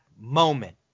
moment